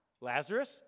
Lazarus